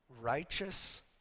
righteous